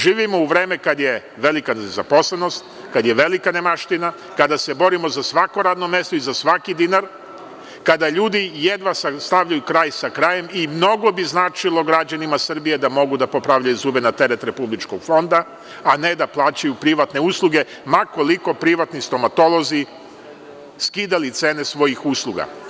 Živimo u vreme kada je velika nezaposlenost, kada je velika nemaština, kada se borimo za svako radno mesto i za svaki dinar, kada ljudi jedna sastavljaju kraj sa krajem i mnogo bi značilo građanima Srbije da mogu da popravljaju zube na teret Republičkog fonda, a ne da plaćaju privatne usluge, ma koliko privatni stomatolozi skidali cene svojih usluga.